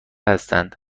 هستند